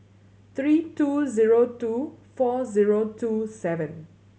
three two zero two four zero two seven